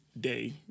day